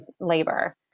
labor